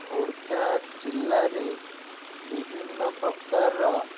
ଖୋର୍ଦ୍ଧା ଜିଲ୍ଲାରେ ବିଭିନ୍ନ ପ୍ରକାରର